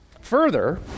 Further